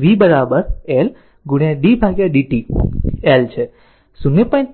v L d dt L છે 0